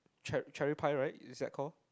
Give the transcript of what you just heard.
cher~ cherry pie right is it that called